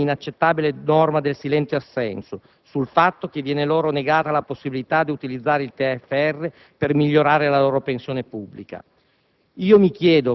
e sul mantenimento dell'inaccettabile norma del silenzio assenso, sul fatto che viene loro negata la possibilità di utilizzare il TFR per migliorare la loro pensione pubblica.